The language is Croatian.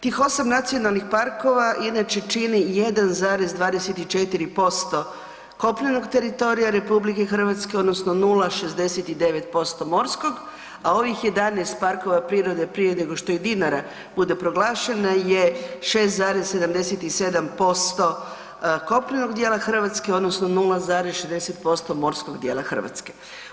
Tih 8 nacionalnih parkova inače čini 1,24% kopnenog teritorija RH, odnosno 0,69% morskog, a ovih 11 parkova prirode, prije nego što i Dinara bude proglašena je 6,77% kopnenog dijela Hrvatske, odnosno 0,60% morskog dijela Hrvatske.